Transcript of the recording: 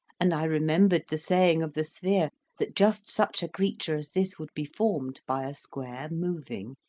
and i re membered the saying of the sphere that just such a creature as this would be formed by a square moving,